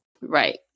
Right